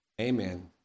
Amen